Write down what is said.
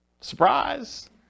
Surprise